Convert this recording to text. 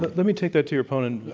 but let me take that to your opponent,